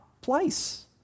place